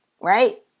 right